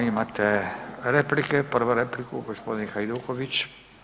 Imate replike, prvu repliku g. Hajduković.